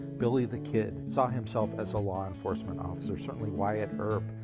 billy the kid saw himself as a law enforcement officer. certainly wyatt earp,